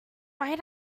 might